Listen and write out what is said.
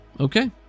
Okay